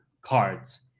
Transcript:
cards